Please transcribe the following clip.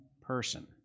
person